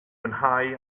mwynhau